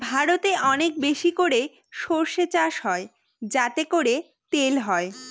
ভারতে অনেক বেশি করে সর্ষে চাষ হয় যাতে করে তেল হয়